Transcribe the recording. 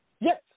Yes